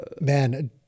Man